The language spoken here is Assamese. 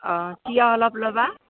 অ তিয়ঁহ অলপ ল'বা